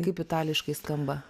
kaip itališkai skamba